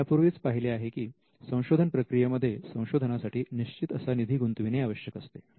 आपण यापूर्वीच पाहिले आहे की संशोधन प्रक्रियेमध्ये संशोधनासाठी निश्चित असा निधी गुंतविणे आवश्यक असते